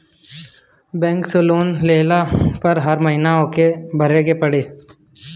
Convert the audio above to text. bank से loan लेहला पअ हर महिना ओके भरे के पड़ेला